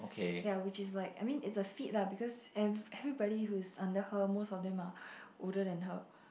ya which is like I mean it's a feat lah because ev~ everybody who's under her most of them are older than her